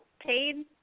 paid